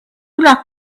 locked